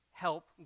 help